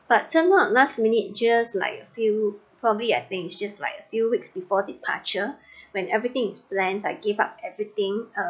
but turned out last minute just like a few probably I think is just like a few weeks before departure when everything is planned I give up everything uh